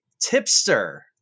tipster